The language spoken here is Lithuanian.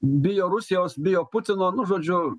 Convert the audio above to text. bijo rusijos bijo putino nu žodžiu